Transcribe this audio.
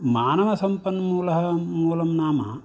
मानवसम्पन्मूलः मुलं नाम